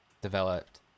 developed